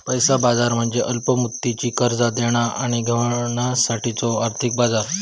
पैसा बाजार म्हणजे अल्प मुदतीची कर्जा देणा आणि घेण्यासाठीचो आर्थिक बाजार